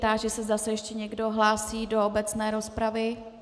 Táži se, zda se ještě někdo hlásí do obecné rozpravy.